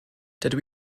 dydw